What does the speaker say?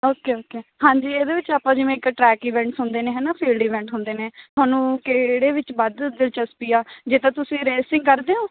okay okay ਹਾਂਜੀ ਇਹਦੇ ਵਿੱਚ ਆਪਾਂ ਜਿਵੇਂ ਇੱਕ ਟਰੈਕ ਈਵੈਂਟਸ ਹੁੰਦੇ ਨੇ ਹੈ ਨਾ ਫੀਲਡ ਇਵੈਂਟ ਹੁੰਦੇ ਨੇ ਤੁਹਾਨੂੰ ਕਿਹੜੇ ਵਿੱਚ ਵੱਧ ਦਿਲਚਸਪੀ ਆ ਜੇ ਤਾਂ ਤੁਸੀਂ ਰੇਸਿੰਗ ਕਰਦੇ ਹੋ